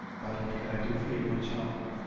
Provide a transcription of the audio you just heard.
but what can i do for you, my child?